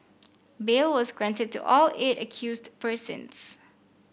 bail was granted to all eight accused persons